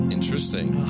Interesting